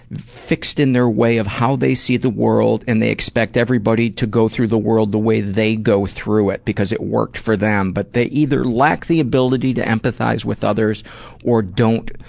fixed in their way of how they see the world, and they expect everybody to go through the world the way they go through it because it worked for them. but they either lack the ability to empathize with others or don't